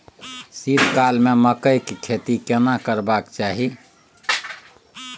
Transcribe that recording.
शीत काल में मकई के खेती केना करबा के चाही?